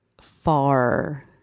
far